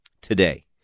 today